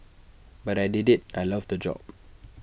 but I did IT I loved the job